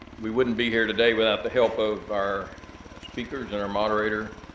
we wouldn't be here today without the help of our speakers and our moderator,